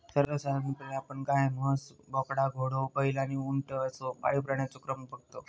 सर्वसाधारणपणे आपण गाय, म्हस, बोकडा, घोडो, बैल आणि उंट असो पाळीव प्राण्यांचो क्रम बगतो